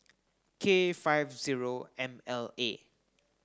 K five zero M L A